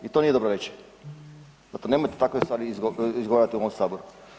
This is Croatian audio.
I to nije dobro reći i zato nemojte takve stvari izgovarati u ovom saboru.